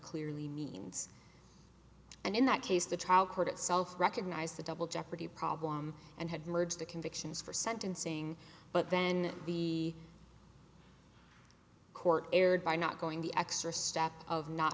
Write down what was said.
clearly means and in that case the trial court itself recognized the double jeopardy problem and had merged the convictions for sentencing but then the court erred by not going the extra step of not